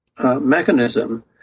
Mechanism